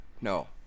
No